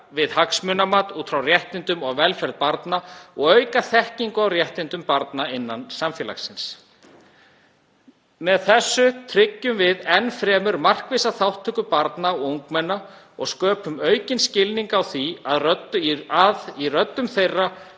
við hagsmunamat út frá réttindum og velferð barna og auka þekkingu á réttindum barna innan samfélagsins. Með þessu tryggjum við enn fremur markvissa þátttöku barna og ungmenna og sköpum aukinn skilning á því að í röddum þeirra,